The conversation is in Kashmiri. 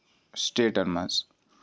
سِٹیٹن منٛز